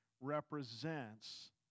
represents